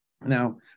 Now